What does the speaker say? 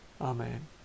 Amen